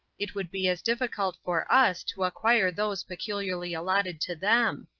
it would be as difficult for us to acquire those peculiarly allotted to them.